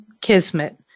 Kismet